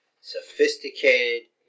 sophisticated